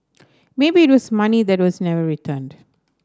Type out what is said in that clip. maybe it was money that was never returned